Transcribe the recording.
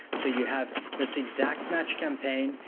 so, you have this exact match campaign,